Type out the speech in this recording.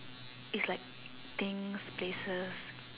is like things places